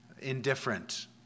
indifferent